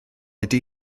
ydy